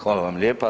Hvala vam lijepa.